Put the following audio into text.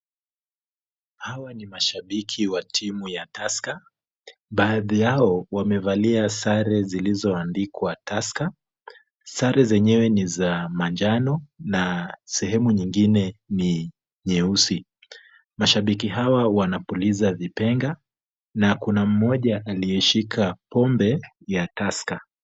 Hawa ni mashabiki wa timu ya Tusker. Baadhi yao wamevalia sare zilizoandikwa Tusker. Sare zenyewe ni za manjano na sehemu nyingine ni nyeusi. Mashabiki hawa wanapuliza vipenga na kuna mmoja aliyeshika pombe ya Tusker.